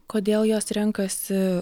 kodėl jos renkasi